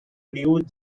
new